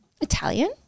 Italian